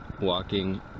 walking